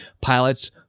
pilots